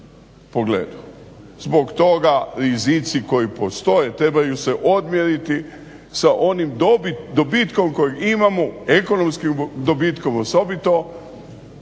Zbog toga rizici koji postoje trebaju se odmjeriti sa onim dobitkom koji imamo ekonomskim dobitkom osobito